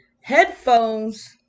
headphones